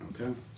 Okay